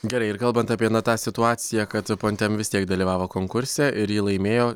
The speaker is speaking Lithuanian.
gerai ir kalbant apie na tą situaciją kad pontem vis tiek dalyvavo konkurse ir jį laimėjo